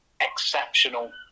exceptional